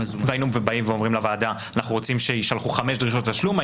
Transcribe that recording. והיינו באים ואומרים לוועדה: אנחנו רוצים שיישלחו חמש דרישות תשלום,